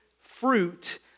fruit